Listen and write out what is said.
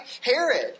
Herod